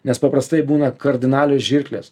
nes paprastai būna kardinalios žirklės